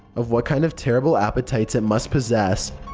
of what kind of terrible appetites it must possess.